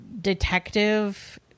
detective